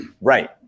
Right